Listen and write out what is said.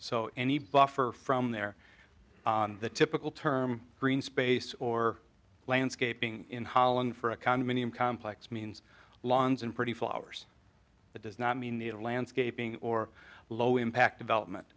so any buffer from there the typical term green space or landscaping in holland for a condominium complex means lawns and pretty flowers it does not mean the landscaping or low impact development